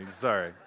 Sorry